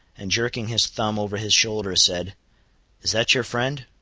and jerking his thumb over his shoulder said is that your friend?